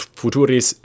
futuris